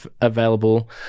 available